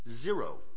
Zero